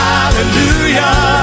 Hallelujah